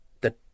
The